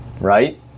right